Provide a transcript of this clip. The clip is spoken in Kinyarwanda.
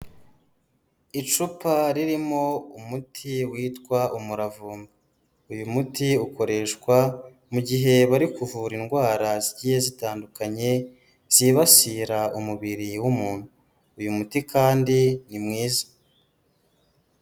Icupa ririmo umuti witwa umuravu, uyu muti ukoreshwa mu gihe bari kuvura indwara zigiye zitandukanye zibasira umubiri w'umuntu, uyu muti kandi ni mwiza.